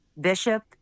Bishop